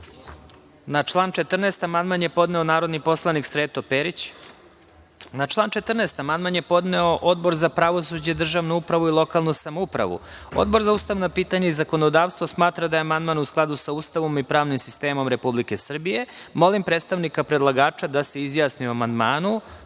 Na član 21. amandman je podneo Odbor za pravosuđe i državnu upravu i lokalnu samoupravu. Odbor za ustavna pitanja i zakonodavstvo smatra da je amandman u skladu sa Ustavom i pravnim sistemom Republike Srbije. Molim ministra, odnosno predstavnika predlagača da se izjasni o ovom